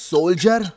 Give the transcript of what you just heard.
Soldier